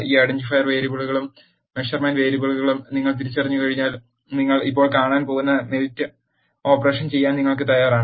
ഈ ഐഡന്റിഫയർ വേരിയബിളുകളും മെഷർമെന്റ് വേരിയബിളുകളും നിങ്ങൾ തിരിച്ചറിഞ്ഞുകഴിഞ്ഞാൽ നിങ്ങൾ ഇപ്പോൾ കാണാൻ പോകുന്ന മെൽറ്റ് ഓപ്പറേഷൻ ചെയ്യാൻ നിങ്ങൾ തയ്യാറാണ്